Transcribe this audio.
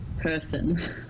person